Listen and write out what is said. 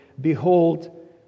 Behold